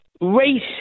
race